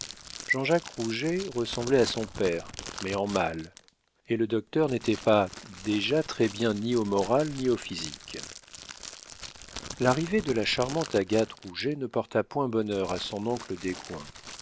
jean-jacques rouget ressemblait à son père mais en mal et le docteur n'était pas déjà très-bien ni au moral ni au physique l'arrivée de la charmante agathe rouget ne porta point bonheur à son oncle